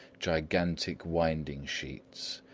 gigantic winding-sheets,